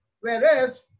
Whereas